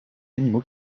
animaux